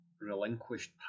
relinquished